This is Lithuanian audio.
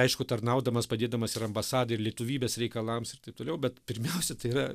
aišku tarnaudamas padėdamas ir ambasadai ir lietuvybės reikalams ir taip toliau bet pirmiausia tai yra